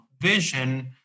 vision